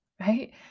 right